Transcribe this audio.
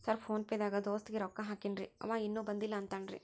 Sir PhonePe ದಾಗ ದೋಸ್ತ್ ಗೆ ರೊಕ್ಕಾ ಹಾಕೇನ್ರಿ ಅಂವ ಇನ್ನು ಬಂದಿಲ್ಲಾ ಅಂತಾನ್ರೇ?